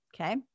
okay